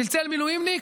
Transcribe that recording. צלצל מילואימניק?